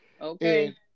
Okay